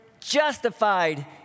Justified